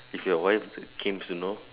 if your wife claims to know